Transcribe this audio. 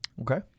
Okay